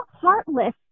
heartless